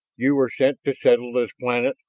you were sent to settle this planet,